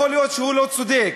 יכול להיות שהוא לא צודק,